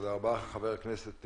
מהצד השני,